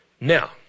Now